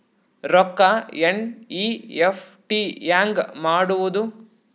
ರೊಕ್ಕ ಎನ್.ಇ.ಎಫ್.ಟಿ ಹ್ಯಾಂಗ್ ಮಾಡುವುದು?